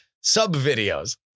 sub-videos